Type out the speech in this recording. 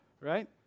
right